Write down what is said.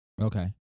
Okay